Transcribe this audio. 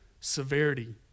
severity